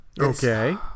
Okay